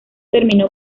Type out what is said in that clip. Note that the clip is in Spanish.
terminó